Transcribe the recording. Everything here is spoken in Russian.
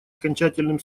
окончательным